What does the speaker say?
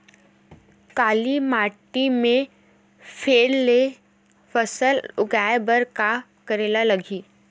काली माटी म फेर ले फसल उगाए बर का करेला लगही?